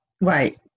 Right